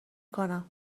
کنم